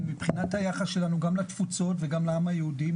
מבחינת היחס שלנו גם לתפוצות וגם לעם היהודי.